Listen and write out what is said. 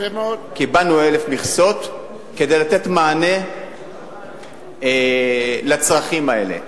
וקיבלנו 1,000 מכסות כדי לתת מענה לצרכים האלה.